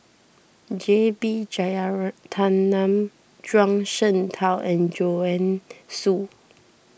J B Jeyaretnam Zhuang Shengtao and Joanne Soo